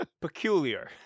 Peculiar